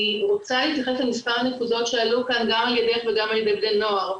אני רוצה להתייחס למספר נקודות שעלו כאן גם על ידך וגם על ידי בני נוער.